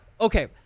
Okay